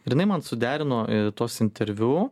ir jinai man suderino tuos interviu